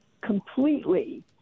completely